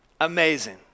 amazing